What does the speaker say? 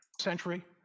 century